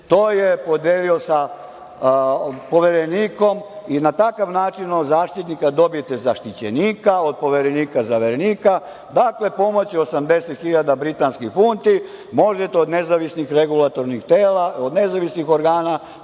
to je podelio sa Poverenikom i na takav način od zaštitnika dobijete zaštićenika, od poverenika – zaverenika, dakle, pomoću 80 hiljada britanskih funti možete od nezavisnih regulatornih tela, od nezavisnih organa